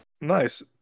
Nice